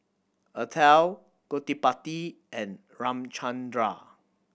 Atal Gottipati and Ramchundra